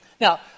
Now